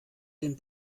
den